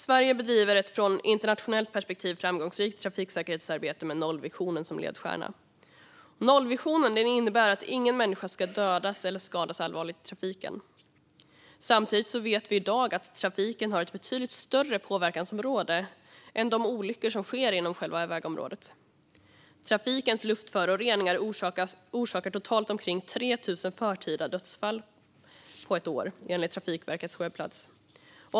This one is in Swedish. Sverige bedriver ett i internationellt perspektiv framgångsrikt trafiksäkerhetsarbete med nollvisionen som ledstjärna. Nollvisionen innebär att ingen människa ska dödas eller skadas allvarligt i trafiken. Samtidigt vet vi i dag att trafiken har ett betydligt större påverkansområde än de olyckor som sker inom själva vägområdet. Trafikens luftföroreningar orsakar totalt omkring 3 000 förtida dödsfall på ett år, enligt Trafikverkets webbplats.